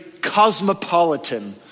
cosmopolitan